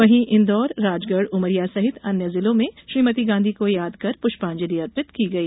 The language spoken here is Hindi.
वहीं इंदौरराजगढ़ उमरिया सहित अन्य जिलों में श्रीमती गांधी को यादकर पुष्पांजलि अर्पित की गई